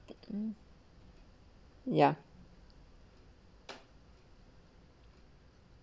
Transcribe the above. mm ya